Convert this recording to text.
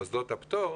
למוסדות הפטור,